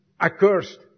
accursed